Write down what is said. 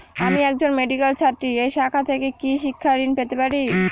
আমি একজন মেডিক্যাল ছাত্রী এই শাখা থেকে কি শিক্ষাঋণ পেতে পারি?